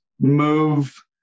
move